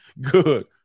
good